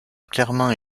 clairement